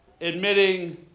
admitting